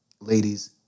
ladies